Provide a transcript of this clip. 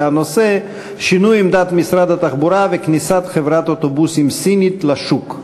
והנושא: שינוי עמדת משרד התחבורה וכניסת חברת אוטובוסים סינית לשוק.